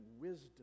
wisdom